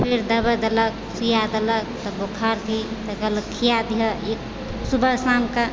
फेर दवाइ देलक सुइया देलक बुखार लेल कहलक खिया दियह एक सुबह शामके